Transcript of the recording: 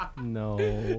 No